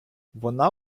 вона